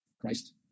Christ